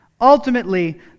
Ultimately